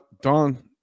Don